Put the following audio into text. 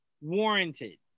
warranted